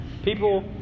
people